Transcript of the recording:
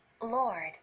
Lord